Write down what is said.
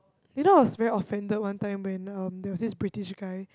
you know I was very offended one time when um there was this British guy